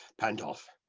pandulph,